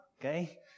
Okay